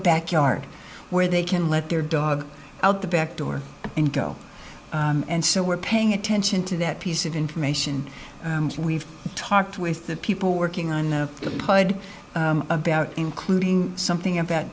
backyard where they can let their dog out the back door and go and so we're paying attention to that piece of information we've talked with the people working on the pod about including something about